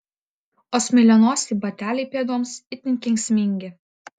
o smailianosiai bateliai pėdoms itin kenksmingi